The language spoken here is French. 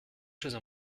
choses